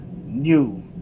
New